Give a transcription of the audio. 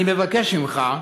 אני מבקש ממך,